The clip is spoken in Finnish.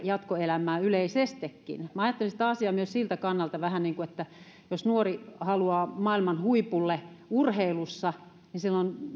jatkoelämään yleisestikin minä ajattelen sitä asiaa myös vähän siltä kannalta että jos nuori haluaa maailman huipulle urheilussa niin silloin on